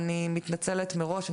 אני מתנצלת מראש,